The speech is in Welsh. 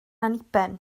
anniben